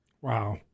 Wow